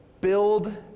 build